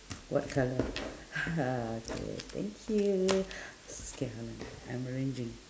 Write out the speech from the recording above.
what colour okay thank you I'm arranging